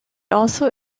also